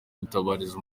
gutabariza